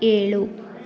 ಏಳು